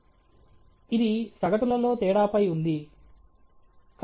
మరియు మూడు ఇది మనము అంచనా వేయదలిచిన ప్రక్రియ యొక్క నిర్ణయాత్మక భాగం యొక్క మంచిని ప్రభావితం చేస్తుంది